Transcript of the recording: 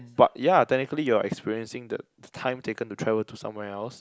but ya technically you're experiencing the time taken to travel to somewhere else